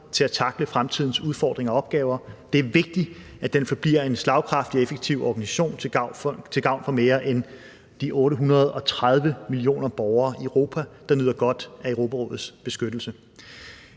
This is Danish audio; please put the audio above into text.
til at tackle fremtidens udfordringer og opgaver. Det er vigtigt, at den forbliver en slagkraftig og effektiv organisation til gavn for mere end 830 millioner borgere i Europa, der nyder godt af Europarådets beskyttelse.